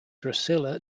drusilla